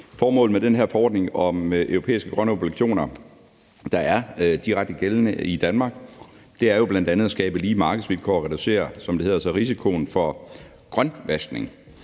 Formålet med den her forordning om europæiske grønne obligationer, der er direkte gældende i Danmark, er jo bl.a. at skabe lige markedsvilkår og reducere, som det hedder sig,